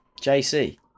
JC